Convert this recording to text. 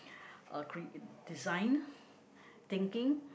uh create design thinking